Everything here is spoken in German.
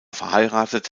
verheiratet